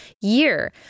year